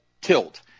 tilt